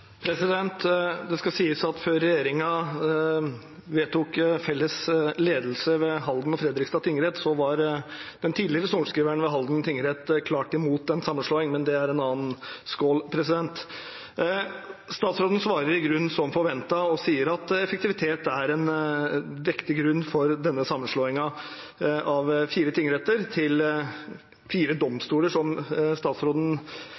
Det skal sies at før regjeringen vedtok felles ledelse ved Halden og Fredrikstad tingrett, var den tidligere sorenskriveren ved Halden tingrett klart imot en sammenslåing, men det er en annen skål. Statsråden svarer i grunnen som forventet, og sier at effektivitet er en vektig grunn for sammenslåingen av fire tingretter til fire domstoler, som statsråden